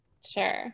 Sure